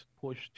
push